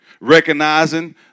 recognizing